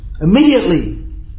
immediately